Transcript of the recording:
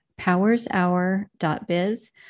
powershour.biz